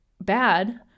bad